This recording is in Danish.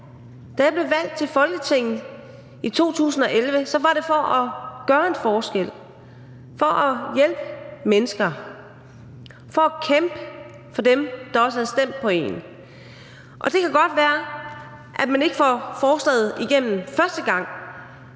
Da jeg blev valgt til Folketinget i 2011, var det for at gøre en forskel, for at hjælpe mennesker og for at kæmpe for dem, der også havde stemt på mig. Det kan godt være, at man ikke får forslaget igennem første gang.